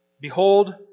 Behold